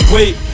Wait